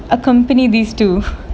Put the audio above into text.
accompany these two